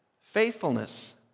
faithfulness